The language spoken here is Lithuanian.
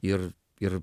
ir ir